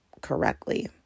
correctly